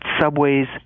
Subways